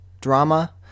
drama